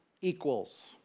equals